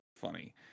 funny